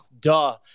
Duh